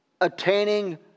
attaining